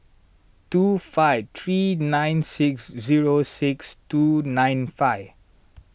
two five three nine six zero six two nine five